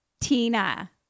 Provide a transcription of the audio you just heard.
Tina